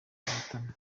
bahatana